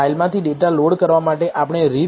ફાઇલમાંથી data load કરવા માટે આપણે રીડ